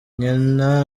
nyina